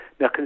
Now